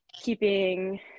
keeping